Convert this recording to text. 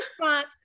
response